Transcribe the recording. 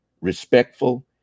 respectful